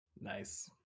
Nice